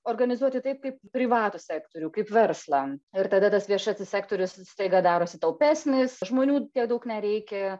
organizuoti taip kaip privatų sektorių kaip verslą ir tada tas viešasis sektorius staiga darosi taupesnis žmonių tiek daug nereikia